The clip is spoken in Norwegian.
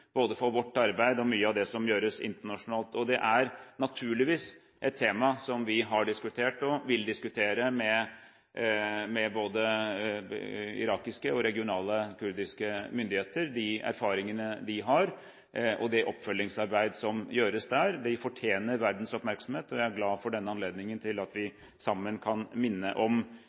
for både vårt arbeid og mye av det som gjøres internasjonalt. Disse erfaringene er naturligvis et tema som vi har diskutert og vil diskutere med både irakiske og regionale kurdiske myndigheter, og det oppfølgingsarbeid som gjøres der. De fortjener verdens oppmerksomhet, og jeg er glad for denne anledningen til at vi sammen både kan minne om de lidelsene som ble påført, og arbeide for at det ikke må skje om